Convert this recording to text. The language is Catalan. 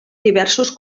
diversos